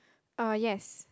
uh yes